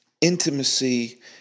intimacy